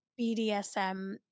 bdsm